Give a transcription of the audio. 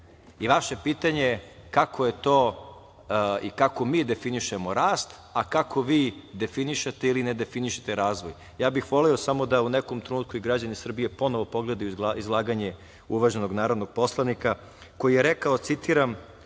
i vaše pitanje kako je to i kako mi definišemo rast, a kako vi definišete ili ne definišete razvoj. Voleo bih da u nekom trenutku građani Srbije ponovo pogledaju izlaganje uvaženog narodnog poslanika koji je rekao, citiram